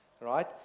Right